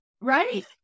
right